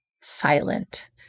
silent